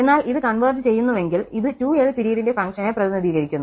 എന്നാൽ ഇത് ഒത്തുചേരുന്നുവെങ്കിൽ ഇത് 2l പിരീഡിന്റെ ഫംഗ്ഷനെ പ്രതിനിധീകരിക്കുന്നു